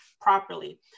properly